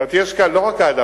זאת אומרת, יש כאן לא רק העדפה.